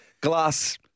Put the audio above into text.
glass